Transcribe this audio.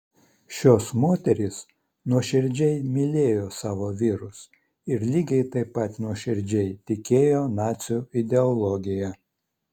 šios moterys nuoširdžiai mylėjo savo vyrus ir lygiai taip pat nuoširdžiai tikėjo nacių ideologija